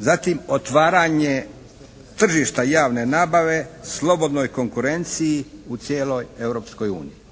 Zatim otvaranje tržišta javne nabave slobodnoj konkurenciji u cijeloj Europskoj uniji.